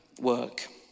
work